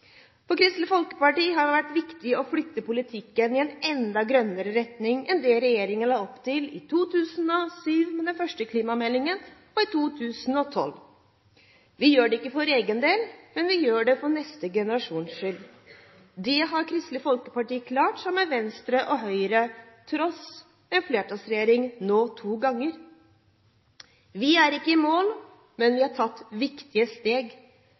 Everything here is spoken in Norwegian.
For Kristelig Folkeparti har det vært viktig å flytte politikken i en enda grønnere retning enn det regjeringen la opp til i 2007, med den første klimameldingen, og i 2012. Vi gjør det ikke for egen del, men vi gjør det for neste generasjons skyld. Det har Kristelig Folkeparti klart to ganger sammen med Venstre og Høyre, tross en flertallsregjering. Vi er ikke i mål, men vi har tatt viktige steg.